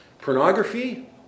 Pornography